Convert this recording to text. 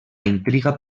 intriga